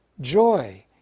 joy